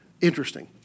Interesting